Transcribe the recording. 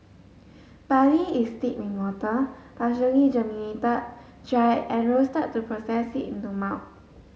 barley is steeped in water partially germinated dried and roasted to process it into malt